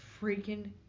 freaking